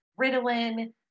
Ritalin